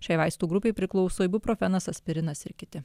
šiai vaistų grupei priklauso ibuprofenas aspirinas ir kiti